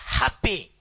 happy